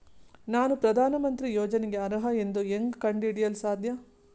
ನಾನು ಪ್ರಧಾನ ಮಂತ್ರಿ ಯೋಜನೆಗೆ ಅರ್ಹ ಎಂದು ಹೆಂಗ್ ಕಂಡ ಹಿಡಿಯಲು ಸಾಧ್ಯ?